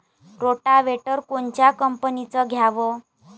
Rotavator कोनच्या कंपनीचं घ्यावं?